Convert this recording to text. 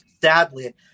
sadly